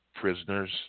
prisoners